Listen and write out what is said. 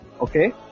Okay